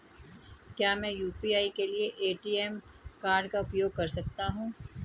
क्या मैं यू.पी.आई के लिए ए.टी.एम कार्ड का उपयोग कर सकता हूँ?